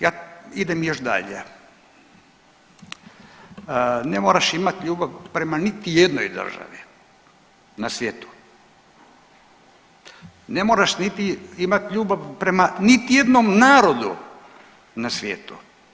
Ja idemo još dalje, ne moraš imati ljubav prema niti jednoj državi na svijetu, ne moraš imati ljubav prema niti jednom narodu na svijetu.